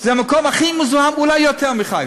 זה המקום הכי מזוהם, אולי יותר מחיפה.